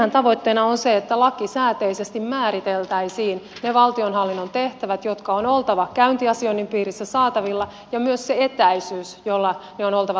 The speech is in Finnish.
siinähän tavoitteena on se että lakisääteisesti määriteltäisiin ne valtionhallinnon tehtävät joiden on oltava käyntiasioinnin piirissä saatavilla ja myös se etäisyys jolla niiden on oltava saatavilla